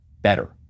better